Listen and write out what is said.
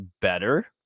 better